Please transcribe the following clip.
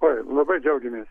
oi labai džiaugiamės